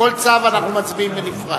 על כל צו אנחנו מצביעים בנפרד.